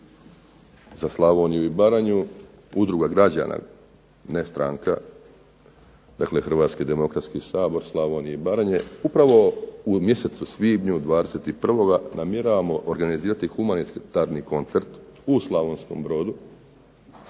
za Slavoniju i Baranju, Udruga građana, ne stranka, dakle Hrvatski demokratski sabor Slavonije i Baranje upravo u mjesecu svibnju 21-oga namjeravamo organizirati humanitarni koncert u Slavonskom Brodu,